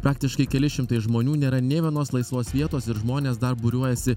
praktiškai keli šimtai žmonių nėra nė vienos laisvos vietos ir žmonės dar būriuojasi